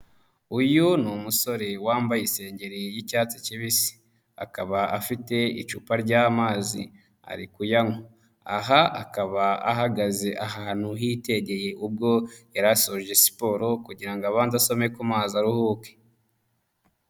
Uyu ni umusore wambaye isengeri y'icyatsi kibisi. Akaba afite icupa ry'amazi. Ari kuyanywa. Aha akaba ahagaze ahantu hitegeye ubwo yari asoje siporo, kugira ngo abanze asome ku mazi aruhuke.